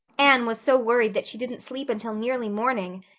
anne was so worried that she didn't sleep until nearly morning,